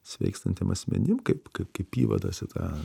sveikstantiem asmenim kaip kaip kaip įvadas į tą